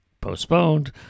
postponed